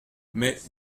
mais